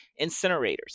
incinerators